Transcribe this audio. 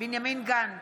בנימין גנץ,